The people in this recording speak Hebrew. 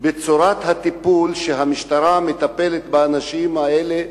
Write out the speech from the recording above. בצורת הטיפול של המשטרה באנשים האלה,